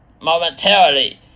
momentarily